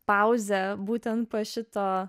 pauzę būtent po šito